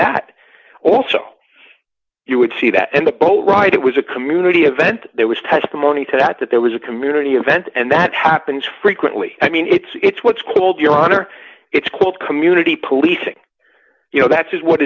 that also you would see that and the boat right it was a community event there was testimony to that that there was a community event and that happens frequently i mean it's what's called your honor it's called community policing you know that's is what